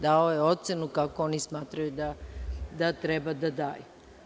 Dao je ocenu kako oni smatraju da treba da daju.